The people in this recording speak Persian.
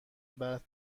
بعد